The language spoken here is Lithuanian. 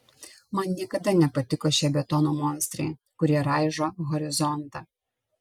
man niekada nepatiko šie betono monstrai kurie raižo horizontą